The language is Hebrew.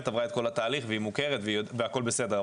עברה את התהליך והיא מוכרת והכול בסדר.